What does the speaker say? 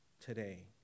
today